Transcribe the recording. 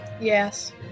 Yes